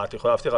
את יכולה להבטיח.